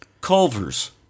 Culver's